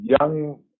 young